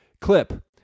clip